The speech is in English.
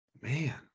man